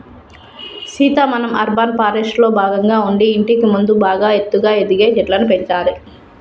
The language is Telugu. సీత మనం అర్బన్ ఫారెస్ట్రీలో భాగంగా ఉండి ఇంటికి ముందు బాగా ఎత్తుగా ఎదిగే చెట్లను పెంచాలి